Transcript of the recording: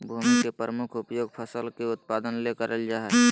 भूमि के प्रमुख उपयोग फसल के उत्पादन ले करल जा हइ